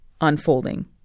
unfolding